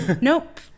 Nope